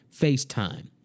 FaceTime